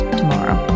tomorrow